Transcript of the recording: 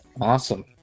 Awesome